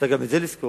צריך גם את זה לזכור,